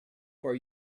for